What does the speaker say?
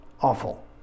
awful